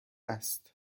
است